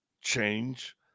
change